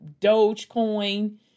dogecoin